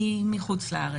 מחוץ לארץ.